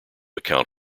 account